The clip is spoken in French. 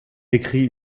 écrit